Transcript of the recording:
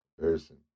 person